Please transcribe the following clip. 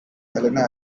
helena